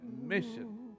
mission